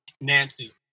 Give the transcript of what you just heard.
Nancy